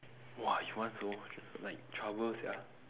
!wah! you want so like trouble sia